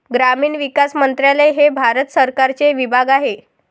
ग्रामीण विकास मंत्रालय हे भारत सरकारचे विभाग आहे